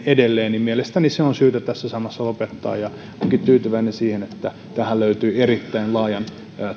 edelleen niin mielestäni se on syytä tässä samassa lopettaa ja olenkin tyytyväinen siihen että tähän löytyi erittäin laajan